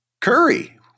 Curry